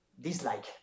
dislike